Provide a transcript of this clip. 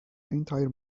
entire